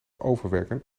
overwerken